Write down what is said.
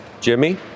Jimmy